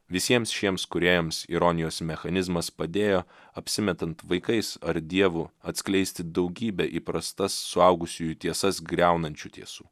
visiems šiems kūrėjams ironijos mechanizmas padėjo apsimetant vaikais ar dievu atskleisti daugybę įprastas suaugusiųjų tiesas griaunančių tiesų